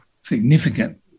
significant